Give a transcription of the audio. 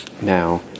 now